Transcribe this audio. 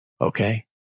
Okay